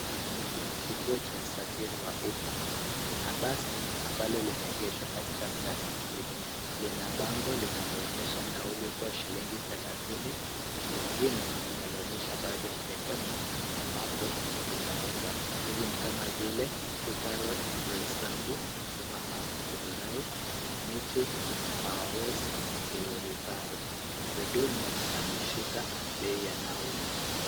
Hiki ni kituo cha usafiri wa umma. Kuna basi ambalo limeegeshwa katika stani hii. Lina bango linaloonyesha nauli kuwa shilingi thelathini na lingine linaloonyesha baadhi ya sehemu ambapo linaenda. Hizi ni kama vile Thika Road, Roysambu, Zimmerman, Githurai, Kamiti, Kahawa West na KU Referal. Mhudumu ameshika bei ya nauli.